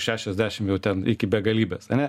šešiasdešim ten iki begalybės ane